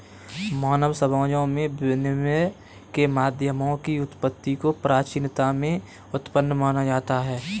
मानव समाजों में विनिमय के माध्यमों की उत्पत्ति को प्राचीनता में उत्पन्न माना जाता है